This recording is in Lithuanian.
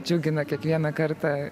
džiugina kiekvieną kartą